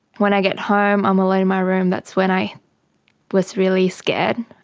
when i get home i'm alone in my room, that's when i was really scared.